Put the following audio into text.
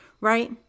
right